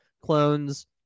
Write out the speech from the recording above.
clones